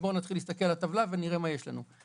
נתחיל להסתכל על הטבלה ונראה מה יש לנו.